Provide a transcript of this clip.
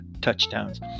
touchdowns